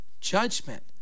Judgment